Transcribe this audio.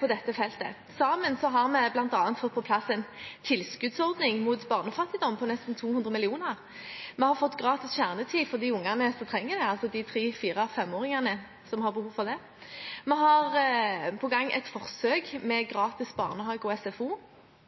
på dette feltet. Sammen har vi bl.a. fått på plass en tilskuddsordning mot barnefattigdom på nesten 200 mill. kr. Vi har fått gratis kjernetid for de barna som trenger det, altså de tre-, fire- og femåringene som har behov for det. Vi har på gang et forsøk med